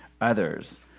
others